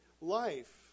life